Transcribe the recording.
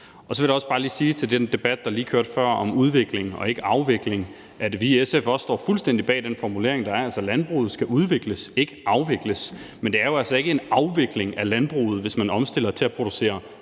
Så vil jeg også bare lige sige i forhold til den debat, der var lige før, om udvikling og ikke afvikling, at vi i SF også står fuldstændig bag den formulering, der er – altså at landbruget skal udvikles, ikke afvikles. Men det er jo ikke en afvikling af landbruget, hvis man omstiller til at producere